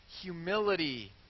humility